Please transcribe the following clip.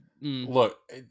Look